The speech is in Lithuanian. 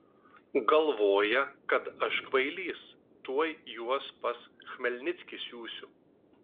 galvoja kad aš kvailys tuoj juos pas chmelnickį siųsiu